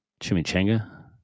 chimichanga